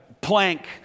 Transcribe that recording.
plank